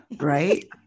right